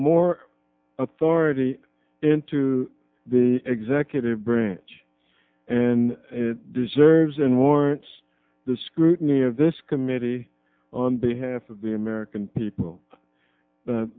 more authority into the executive branch and it deserves and warrants the scrutiny of this committee on behalf of the american people the